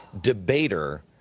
debater